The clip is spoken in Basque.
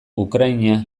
ukraina